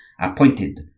appointed